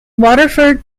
waterford